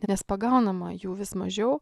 nes pagaunama jų vis mažiau